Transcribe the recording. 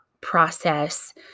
process